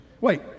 Wait